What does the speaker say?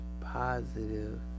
positive